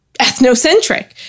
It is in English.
ethnocentric